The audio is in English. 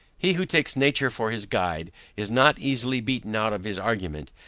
he who takes nature for his guide is not easily beaten out of his argument,